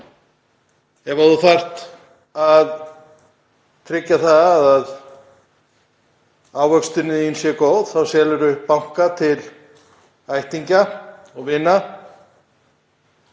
Ef þú þarft að tryggja það að ávöxtunin þín sé góð þá selurðu banka til ættingja og vina.